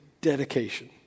dedication